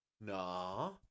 Nah